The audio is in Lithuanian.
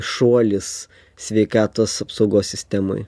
šuolis sveikatos apsaugos sistemoj